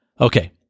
Okay